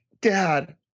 dad